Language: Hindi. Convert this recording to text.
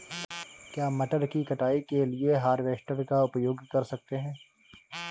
क्या मटर की कटाई के लिए हार्वेस्टर का उपयोग कर सकते हैं?